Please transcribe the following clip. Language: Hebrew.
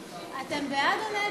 אתם בעד או נגד?